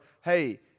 hey